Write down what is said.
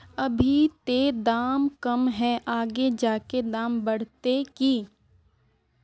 अभी ते दाम कम है आगे जाके दाम बढ़ते की?